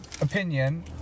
opinion